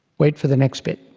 wait for the next bit.